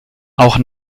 auch